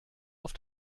auf